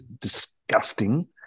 disgusting